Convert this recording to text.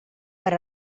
per